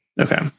Okay